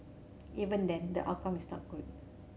even then the outcome is not good